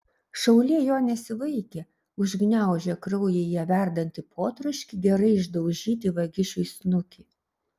šaulė jo nesivaikė užgniaužė kraujyje verdantį potroškį gerai išdaužyti vagišiui snukį